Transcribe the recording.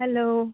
hello